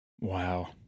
Wow